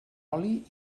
oli